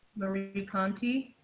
marie conti